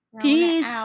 Peace